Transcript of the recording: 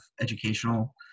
educational